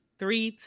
three